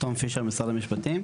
תום פישר משרד המשפטים.